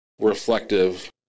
reflective